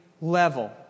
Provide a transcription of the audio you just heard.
level